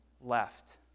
left